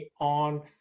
on